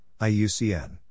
IUCN